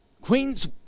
Queens